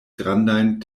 grandajn